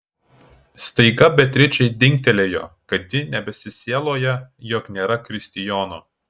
staiga beatričei dingtelėjo kad ji nebesisieloja jog nėra kristijono